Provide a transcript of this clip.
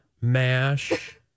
MASH